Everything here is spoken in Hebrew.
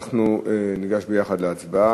אנחנו ניגש יחד להצבעה.